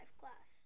class